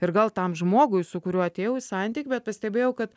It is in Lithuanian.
ir gal tam žmogui su kuriuo atėjau į santykį bet pastebėjau kad